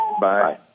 Bye